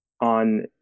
on